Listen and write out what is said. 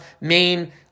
main